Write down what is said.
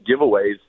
giveaways